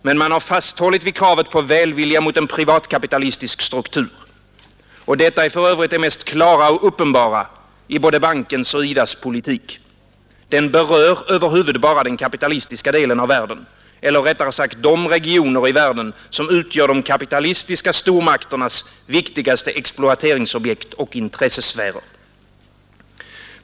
Men man har fasthållit vid kravet på välvilja mot en privatkapitalistisk struktur. Och detta är f. ö. det mest klara och uppenbara i både bankens och IDA :s politik. Den berör över huvud bara den kapitalistiska delen av världen eller rättare sagt de regioner i världen som utgör de kapitalistiska stormakternas viktigaste exploateringsobjekt och intressesfärer.